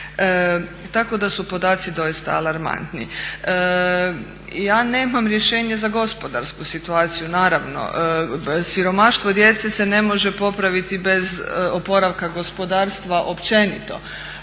Tako da su podaci doista alarmantni. Ja nemam rješenje za gospodarsku situaciju, naravno siromaštvo djece se ne može popraviti bez oporavka gospodarstva općenito,